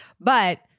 But-